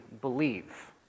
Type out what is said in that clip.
Believe